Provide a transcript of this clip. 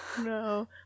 No